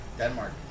Denmark